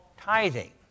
tithing